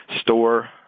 store